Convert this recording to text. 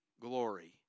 glory